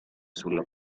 sulla